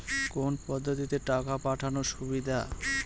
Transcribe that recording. কোন পদ্ধতিতে টাকা পাঠানো সুবিধা?